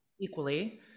equally